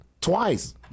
twice